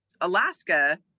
Alaska